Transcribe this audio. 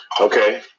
Okay